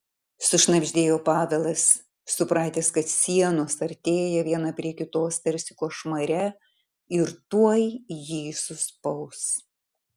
sušnabždėjo pavelas supratęs kad sienos artėja viena prie kitos tarsi košmare ir tuoj jį suspaus